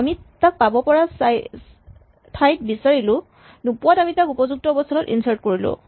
আমি তাক পাব পৰা ঠাইত বিচাৰিলো নোপোৱাত আমি তাক উপযুক্ত অৱস্হানত ইনচাৰ্ট কৰিলোঁ